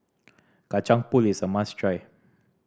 Kacang Pool is a must try